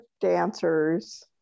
dancers